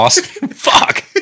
fuck